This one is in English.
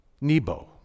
Nebo